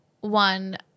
One